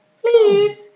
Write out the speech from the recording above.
Please